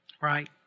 Right